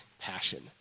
passion